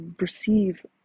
receive